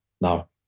Now